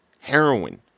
heroin